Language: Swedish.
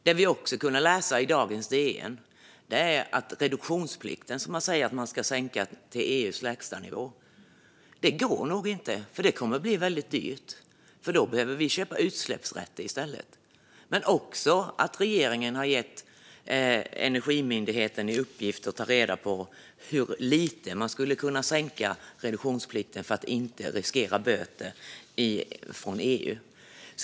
Det vi också har kunnat läsa i dagens DN är att det nog inte går att sänka reduktionsplikten till EU:s lägsta nivå, som man sagt att man ska göra. Det kommer att bli väldigt dyrt, för då behöver vi köpa utsläppsrätter i stället. Där står också att regeringen har gett Energimyndigheten i uppgift att ta reda på hur lite man skulle kunna sänka reduktionsplikten för att inte riskera böter från EU.